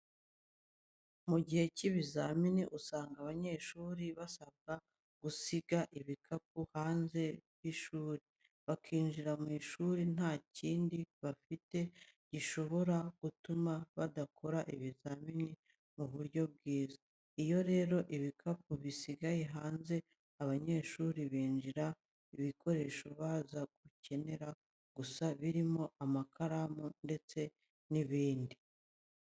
Mu gihe cy'ibizamini usanga abanyeshuri basabwa gusiga ibikapu hanze y'ishuri bakinjira mu ishuri nta kindi bafite gishobora gutuma badakora ibizamini mu buryo bwiza. Iyo rero ibikapu bisigaye hanze abanyeshuri binjirana ibikoresho baza gukenera gusa birimo amakaramu ndetse n'ibindi.